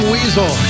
Weasel